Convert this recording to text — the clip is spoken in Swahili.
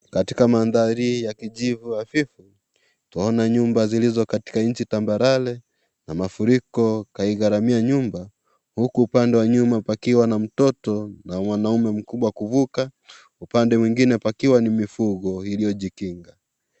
Katika mandhari ya kijivu hafifu twaona nyumba zilizo katika nchi tambarare na mafuriko kaigharamia nyumba huku upande wa nyuma pakiwa na mtoto na mwanaume mkubwa kuvuka upande mwingine pakiwa ni mifugo ilio jikinga.